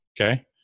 Okay